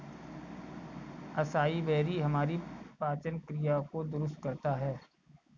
acai berry हमारी पाचन क्रिया को दुरुस्त करता है